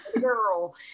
girl